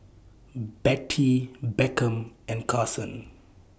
Bettye Beckham and Karson